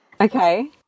Okay